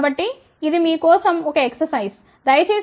కాబట్టి ఇది మీ కోసం ఒక ఎక్సర్సైజ్ దయచేసి దీనిని 0